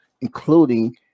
including